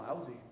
lousy